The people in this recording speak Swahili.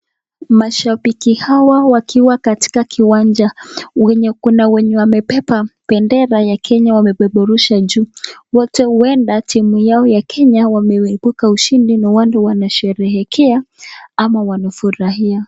Mashabiki hawa wakiwa kwenye kiwanja, kuna wenye wamebeba bendera ya Kenya wanapeperusha juu. Wote huenda timu yao ya Kenya wameibuka washindi, huenda ndio maana wanasherehekea au wanafurahia.